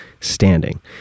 standing